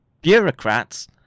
bureaucrats